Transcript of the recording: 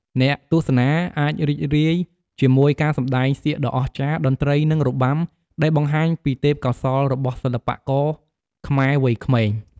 អ្នកទស្សនាអាចរីករាយជាមួយការសម្តែងសៀកដ៏អស្ចារ្យ តន្ត្រី និងរបាំ ដែលបង្ហាញពីទេពកោសល្យរបស់សិល្បករខ្មែរវ័យក្មេង។